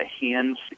Hands